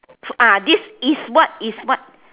ah this is what is what